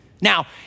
Now